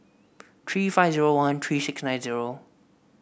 three five zero one three six nine zero